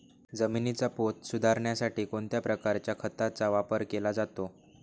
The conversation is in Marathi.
जमिनीचा पोत सुधारण्यासाठी कोणत्या प्रकारच्या खताचा वापर केला जातो?